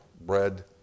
bread